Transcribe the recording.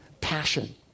passion